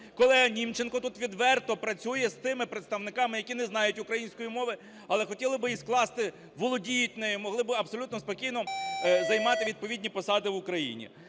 колега Німченко тут відверто працює з тими представниками, які не знають української мови, але хотіли би її скласти, володіють нею, могли би абсолютно спокійно займати відповідні посади в Україні.